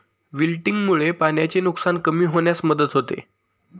विल्टिंगमुळे पाण्याचे नुकसान कमी होण्यास मदत होते